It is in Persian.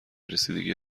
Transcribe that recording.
رسیدگی